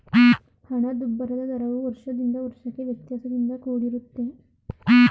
ಹಣದುಬ್ಬರದ ದರವು ವರ್ಷದಿಂದ ವರ್ಷಕ್ಕೆ ವ್ಯತ್ಯಾಸದಿಂದ ಕೂಡಿರುತ್ತೆ